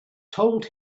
told